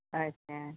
अच्छा